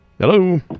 Hello